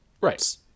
Right